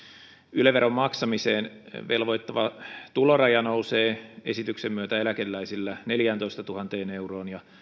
yle veron maksamiseen velvoittava tuloraja nousee esityksen myötä eläkeläisillä neljääntoistatuhanteen euroon ja